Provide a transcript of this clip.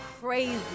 Crazy